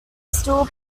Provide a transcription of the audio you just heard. still